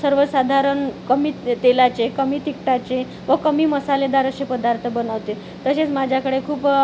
सर्वसाधारण कमी त तेलाचे कमी तिखटाचे व कमी मसालेदार असे पदार्थ बनवते तसेच माझ्याकडे खूप